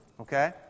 Okay